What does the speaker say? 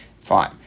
Fine